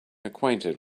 acquainted